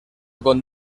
con